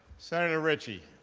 senator richie.